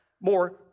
more